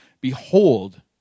Behold